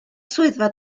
swyddfa